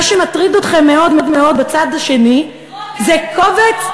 מה שמטריד אתכם מאוד מאוד בצד השני זה קובץ,